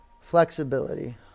flexibility